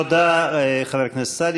תודה, חבר הכנסת סעדי.